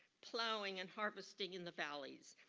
plowing and harvesting in the valleys,